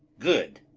good!